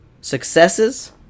successes